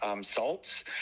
salts